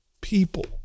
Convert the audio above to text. people